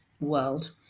world